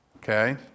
okay